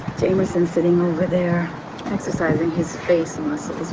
jamerson's sitting over there exercising his face muscles.